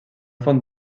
font